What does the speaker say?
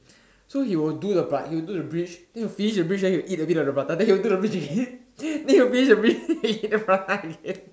so he would do the but he will do the bridge then he finish the bridge and then he will eat a bit of prata then he will do the bridge again then he will finish the bridge eat the prata again